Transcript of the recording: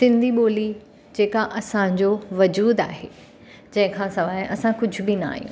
सिंधी ॿोली जेका असांजो वजूदु आहे जंहिंखां सवाइ असां कुझु बि न आहियूं